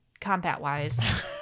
combat-wise